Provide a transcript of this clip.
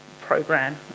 program